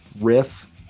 riff